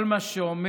כל מה שעומד